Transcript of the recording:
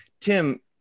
Tim